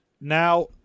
Now